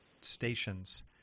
stations